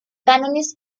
cánones